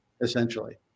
essentially